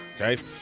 Okay